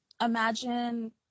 imagine